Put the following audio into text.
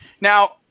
now